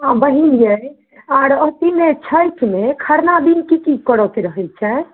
बहिन यै आर अथीमे छठिमे खरना दिन की की करैके रहैत छै